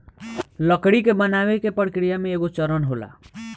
लकड़ी के बनावे के प्रक्रिया में एगो चरण होला